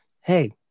Hey